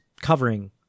covering